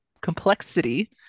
complexity